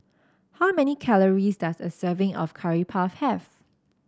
how many calories does a serving of Curry Puff have